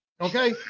okay